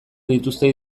dituzte